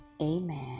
amen